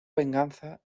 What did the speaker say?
venganza